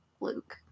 Luke